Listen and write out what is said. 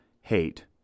hate